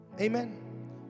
Amen